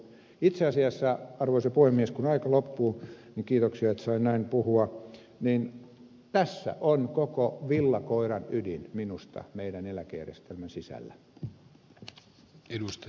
itse asiassa arvoisa puhemies kun aika loppuu kiitoksia että sain näin puhua tässä on koko villakoiran ydin minusta meidän eläkejärjestelmämme sisällä